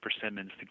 persimmons